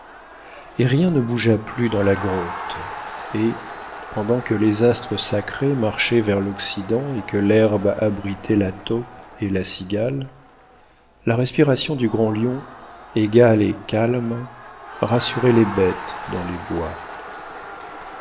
et rien ne bougea plus dans la grotte et pendant que les astres sacrés marchaient vers l'occident et que l'herbe abritait la taupe et la cigale la respiration du grand lion égale et calme rassurait les bêtes dans les bois